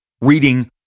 reading